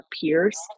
peers